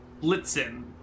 Blitzen